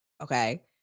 okay